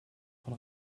von